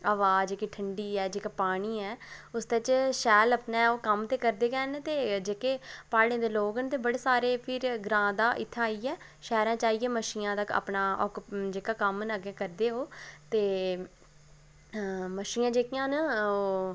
हवा जेह्की ठंड़ी ऐ जेह्का पानी ऐ उसदे च शैल अपनै ओह् कम्म ते करदे गै हैन ते जेह्के प्हाड़ें दे लोक बड़े सारे फिर ग्रां दा इत्थै आइयै शैह्रा च आइयै मच्छियां दा आइयै अपना कम्म जेह्का आइयै ओह् करदे न मच्छियां जेह्कियां न ओह्